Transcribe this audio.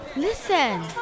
Listen